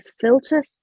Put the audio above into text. filter